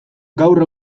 gaur